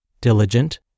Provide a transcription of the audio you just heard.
diligent